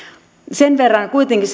sen verran kuitenkin